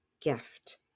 gift